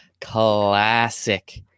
Classic